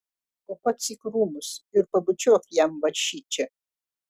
o pats į krūmus ir pabučiuok jam va šičia